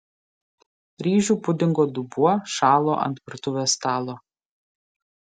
ryžių pudingo dubuo šalo ant virtuvės stalo